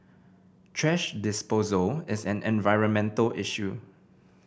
thrash disposal is an environmental issue